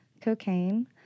cocaine